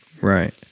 Right